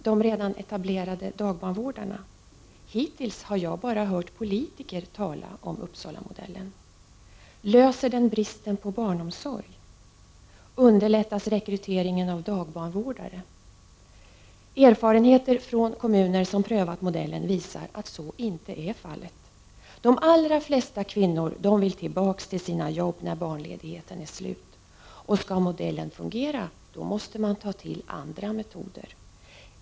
De redan etablerade dagbarnvårdarna? Hittills har jag bara hört politiker tala om Uppsalamodellen. Löser den bristen på barnomsorg? Underlättas rekryteringen av dagbarnvårdare? Erfarenheter från kommuner som prövat modellen visar att så inte är fallet. De allra flesta kvinnor vill tillbaka till sina jobb när barnledigheten är slut. Skall modellen fungera måste man ta till andra metoder.